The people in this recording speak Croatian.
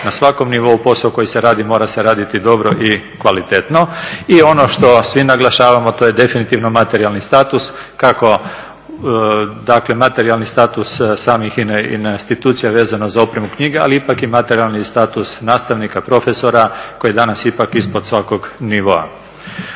na svakom nivou posao koji se radi mora se raditi dobro i kvalitetno. I ono što svi naglašavamo, to je definitivno materijalni status kako, dakle materijalni status samih institucija vezano za opremu i knjige, ali ipak je materijalni status nastavnika, profesora koji je danas ipak ispod svakog nivoa.